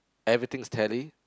everything is tally